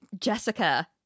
jessica